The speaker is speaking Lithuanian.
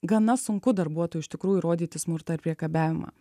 gana sunku darbuotojui iš tikrųjų įrodyti smurtą ir priekabiavimą